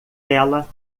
tela